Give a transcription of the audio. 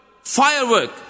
firework